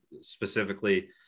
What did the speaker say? specifically